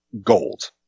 gold